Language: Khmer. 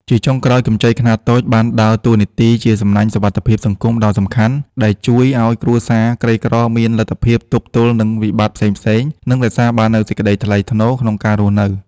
ជាចុងក្រោយ កម្ចីខ្នាតតូចបានដើរតួនាទីជាសំណាញ់សុវត្ថិភាពសង្គមដ៏សំខាន់ ដែលជួយឱ្យគ្រួសារក្រីក្រមានលទ្ធភាពទប់ទល់នឹងវិបត្តិផ្សេងៗ និងរក្សាបាននូវសេចក្ដីថ្លៃថ្នូរក្នុងការរស់នៅ។